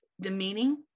demeaning